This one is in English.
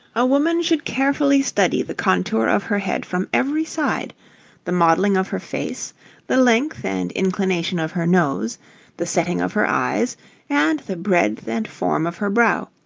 a woman should carefully study the contour of her head from every side the modelling of her face the length and inclination of her nose the setting of her eyes and the breadth and form of her brow,